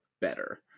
better